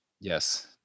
yes